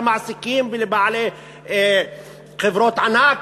למעסיקים ולבעלי חברות ענק,